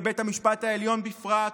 ובית המשפט העליון בפרט,